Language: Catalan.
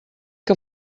que